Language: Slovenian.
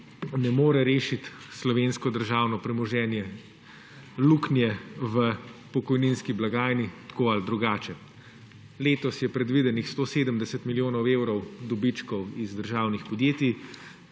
ne more rešiti slovensko državno premoženje luknje v pokojninski blagajni tako ali drugače. Letos je predvidenih 170 milijonov evrov dobičkov iz državnih podjetij,